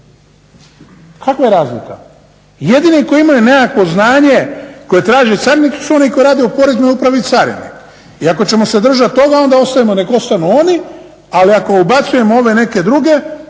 Kakva je razlika? Jedini koji imaju nekakvo znanje koje traže carinici su oni koji rade u poreznoj upravi i carini. I ako ćemo se držat toga onda ostajemo nek ostanu oni, ali ako ubacujemo ove neke druge